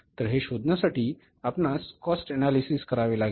तर हे शोधण्यासाठी आपणास कॉस्ट ऍनालिसिस करावे लागेल